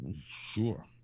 sure